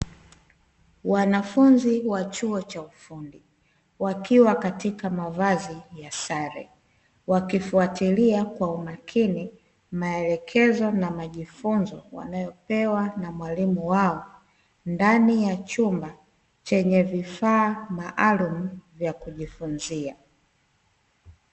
Wanafunzi wa chuo cha ufundi wakiwa katika mavazi ya sare, wakifuatilia kwa umakini maelekezo na majifunzo wanayopewa na mwalimu wao ndani ya chumba chenye vifaa maalumu vya kujifunzia.